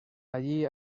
allí